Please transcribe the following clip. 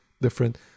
different